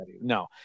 No